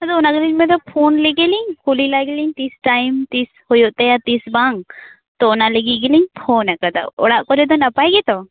ᱟᱫᱚ ᱚᱱᱟ ᱜᱮᱞᱤᱧ ᱢᱮᱱᱮᱫᱟ ᱯᱷᱳᱱ ᱞᱮᱜᱮᱞᱤᱧ ᱠᱩᱞᱤ ᱞᱮᱜᱮᱞᱤᱧ ᱛᱤᱥ ᱴᱟᱹᱭᱤᱢ ᱛᱤᱥ ᱦᱩᱭᱩᱜ ᱛᱟᱭᱟ ᱛᱤᱥ ᱵᱟᱝ ᱛᱚ ᱚᱱᱟ ᱞᱟᱹᱜᱤᱫ ᱜᱮᱞᱤᱧ ᱯᱷᱳᱱ ᱟᱠᱟᱫᱟ ᱚᱲᱟᱜ ᱠᱚᱨᱮᱫᱚ ᱱᱟᱯᱟᱭ ᱜᱮᱛᱚ